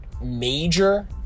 major